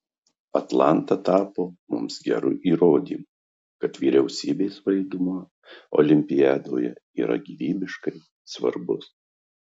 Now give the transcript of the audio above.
atlanta tapo mums geru įrodymu kad vyriausybės vaidmuo olimpiadoje yra gyvybiškai svarbus